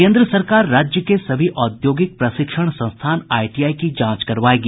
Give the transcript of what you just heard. केन्द्र सरकार राज्य के सभी औद्योगिक प्रशिक्षण संस्थान आईटीआई की जांच करवायेगी